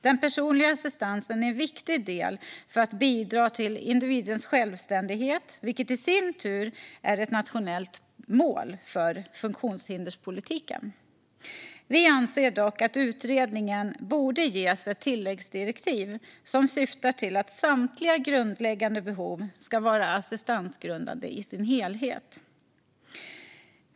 Den personliga assistansen är en viktig del för att bidra till individens självständighet, vilket i sin tur är ett nationellt mål för funktionshinderspolitiken. Vi anser dock att utredningen borde ges ett tilläggsdirektiv som syftar till att samtliga grundläggande behov ska vara assistansgrundande i sin helhet.